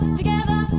together